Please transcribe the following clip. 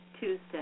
Tuesday